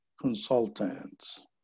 consultants